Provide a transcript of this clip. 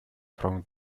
from